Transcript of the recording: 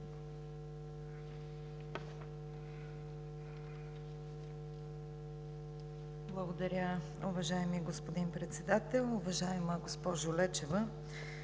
Благодаря, уважаеми господин Председател. Уважаема госпожо Лечева,